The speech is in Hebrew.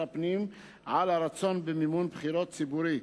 הפנים על הרצון במימון בחירות ציבורי.